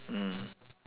mm